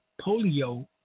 polio